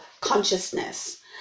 consciousness